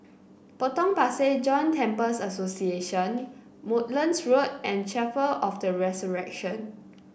Potong Pasir Joint Temples Association Woodlands Road and Chapel of The Resurrection